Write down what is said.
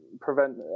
prevent